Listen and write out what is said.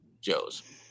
Joe's